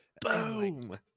boom